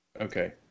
Okay